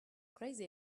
crazy